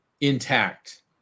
intact